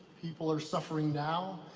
people are suffering now.